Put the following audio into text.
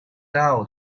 out